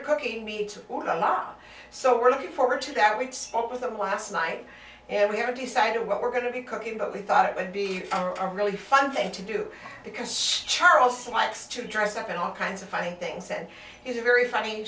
of cooking me to a mother so we're looking forward to that we spoke with them last night and we haven't decided what we're going to be cooking but we thought it would be a really fun thing to do because charles likes to dress up in all kinds of fine things said he's a very funny